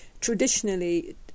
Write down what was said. Traditionally